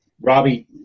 robbie